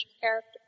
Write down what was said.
character